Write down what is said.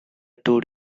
tour